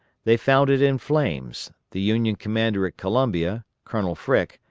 they found it in flames, the union commander at columbia, colonel frick,